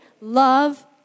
love